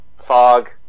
fog